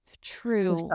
true